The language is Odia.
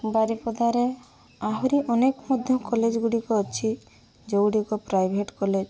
ବାରିପଦାରେ ଆହୁରି ଅନେକ ମଧ୍ୟ କଲେଜ୍ ଗୁଡ଼ିକ ଅଛି ଯେଉଁ ଗୁଡ଼ିକ ପ୍ରାଇଭେଟ୍ କଲେଜ୍